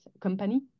company